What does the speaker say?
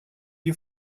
you